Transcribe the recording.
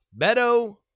Beto